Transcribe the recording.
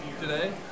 today